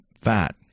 fat